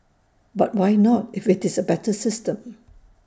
but why not if IT is A better system